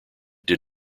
did